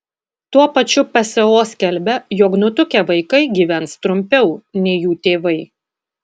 tuo pačiu pso skelbia jog nutukę vaikai gyvens trumpiau nei jų tėvai